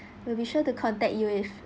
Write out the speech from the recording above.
we'll be sure to contact you if